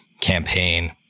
campaign